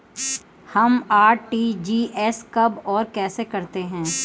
हम आर.टी.जी.एस कब और कैसे करते हैं?